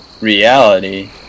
reality